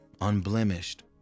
unblemished